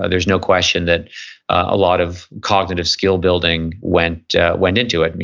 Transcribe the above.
ah there's no question that a lot of cognitive skill building went went into it.